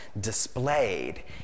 displayed